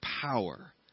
power